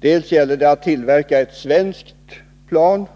Det ena handlar om att det gäller att tillverka ett svenskt plan.